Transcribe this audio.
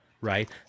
right